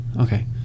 Okay